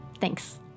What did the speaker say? Thanks